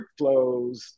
workflows